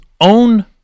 own